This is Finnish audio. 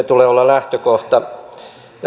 tulee olla lähtökohta